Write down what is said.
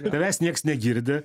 tavęs nieks negirdi